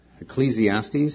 Ecclesiastes